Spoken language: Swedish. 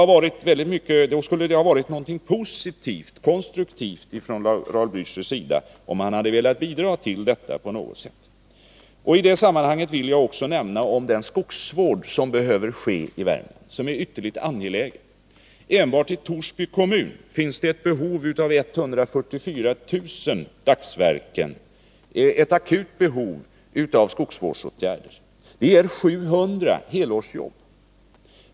Om Raul Bläöcher på något sätt hade velat bidra till dessa ansträngningar, skulle det ha varit en positiv och konstruktiv insats. I det sammanhanget vill jag också nämna något om skogsvården i Värmland. Det finns ett ytterligt angeläget behov av åtgärder inom det området. Enbart i Torsby kommun finns det ett akut behov av 144 000 dagsverken i form av skogsvårdsåtgärder. Detta motsvarar 700 helårsjobb.